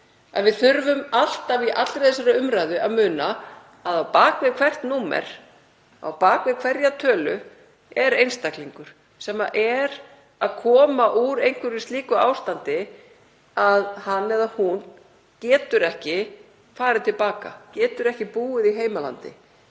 við þurfum alltaf í allri þessari umræðu að muna að á bak við hvert númer, á bak við hverja tölu, er einstaklingur sem er að koma úr einhverju slíku ástandi að hann eða hún getur ekki farið til baka, getur ekki búið í heimalandi.